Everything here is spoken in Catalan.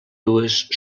dues